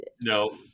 No